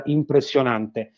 impressionante